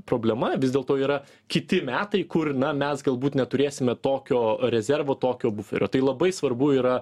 problema vis dėlto yra kiti metai kur na mes galbūt neturėsime tokio rezervo tokio buferio tai labai svarbu yra